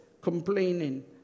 complaining